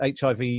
HIV